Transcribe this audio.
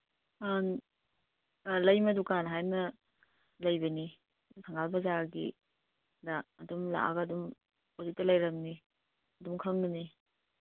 ꯑꯥ ꯂꯩꯃ ꯗꯨꯀꯥꯟ ꯍꯥꯏꯅ ꯂꯩꯕꯅꯤ ꯊꯪꯒꯥꯜ ꯕꯖꯥꯔꯒꯤꯗ ꯑꯗꯨꯝ ꯂꯥꯛꯑꯒ ꯑꯗꯨꯏꯗ ꯂꯩꯔꯝꯅꯤ ꯑꯗꯨꯝ ꯈꯪꯉꯅꯤ